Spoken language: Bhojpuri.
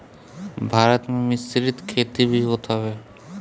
भारत में मिश्रित खेती भी होत हवे